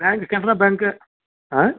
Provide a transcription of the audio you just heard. பேங்க்கு கனரா பேங்க்கு ஆ